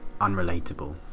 unrelatable